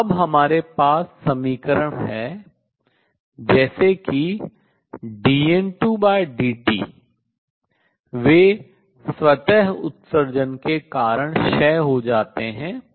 तो अब हमारे पास समीकरण हैं जैसे कि dN2dt वे स्वतः उत्सर्जन के कारण क्षय हो जाते हैं